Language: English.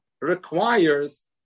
requires